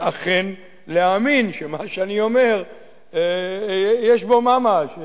אכן להאמין שמה שאני אומר יש בו ממש.